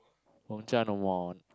Gong-Cha no more